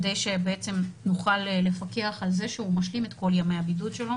כדי שנוכל לפקח על זה שהוא משלים את כל ימי הבידוד שלו,